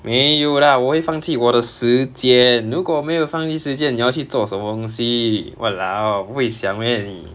没有 lah 我会放弃我的时间如果没有放弃时间你要去做什么东西 !walao! 不会想 meh 你